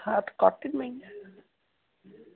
हा त कॉटन में ई